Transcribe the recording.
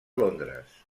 londres